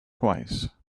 twice